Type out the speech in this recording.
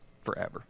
forever